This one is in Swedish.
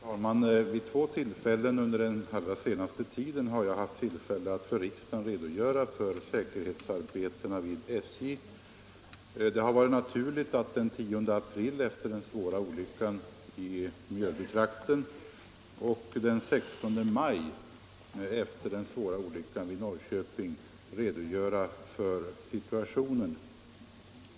Herr talman! Vid två tillfällen under den allra senaste tiden har jag haft tillfälle att för riksdagen redogöra för säkerhetsarbetena vid SJ. Det har varit naturligt att den 10 april efter den svåra olyckan i Mjölbytrakten och den 16 maj efter den svåra olyckan vid Norrköping redogöra för situationen.